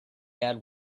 had